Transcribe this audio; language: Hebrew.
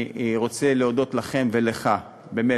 אני רוצה להודות לכם ולך, באמת,